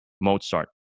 Mozart